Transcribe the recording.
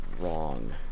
wrong